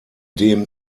dem